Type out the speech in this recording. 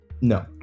No